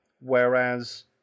Whereas